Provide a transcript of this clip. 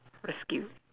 rescue